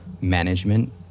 management